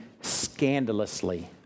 scandalously